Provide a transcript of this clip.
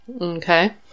Okay